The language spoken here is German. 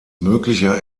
möglicher